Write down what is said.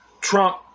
Trump